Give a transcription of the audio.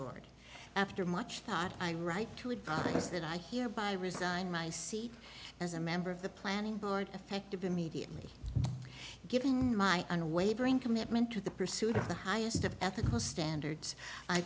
board after much thought i right to it was that i here by resign my seat as a member of the planning board effective immediately giving my unwavering commitment to the pursuit of the highest of ethical standards